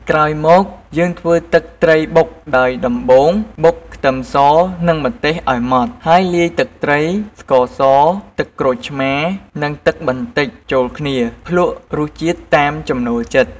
ក្រោយមក យើងធ្វើទឹកត្រីបុកដោយ ដំបូងបុកខ្ទឹមសនិងម្ទេសឱ្យម៉ដ្ឋ ហើយលាយទឹកត្រី ស្ករស ទឹកក្រូចឆ្មារ និងទឹកបន្តិចចូលគ្នា ភ្លក្សរសជាតិតាមចំណូលចិត្ត។